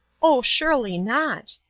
oh, surely not.